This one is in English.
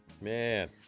Man